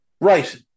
Right